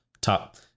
top